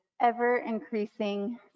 ever-increasing